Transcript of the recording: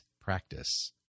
practice